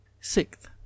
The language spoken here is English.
sixth